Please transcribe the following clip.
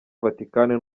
vatikani